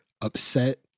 upset